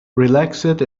relaxed